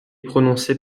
prononcé